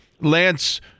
Lance